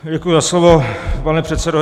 Děkuji za slovo, pane předsedo.